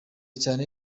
cyane